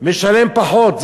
משלם פחות.